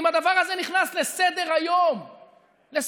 אם הדבר הזה נכנס לסדר-היום בנשיאות,